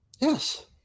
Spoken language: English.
Yes